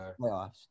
playoffs